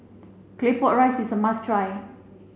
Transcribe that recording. claypot rice is a must try